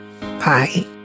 Bye